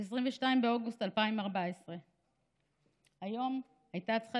22 באוגוסט 2014. היום הייתה צריכה